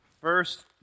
First